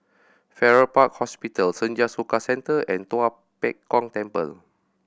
Farrer Park Hospital Senja Soka Centre and Tua Pek Kong Temple